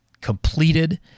completed